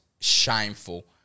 shameful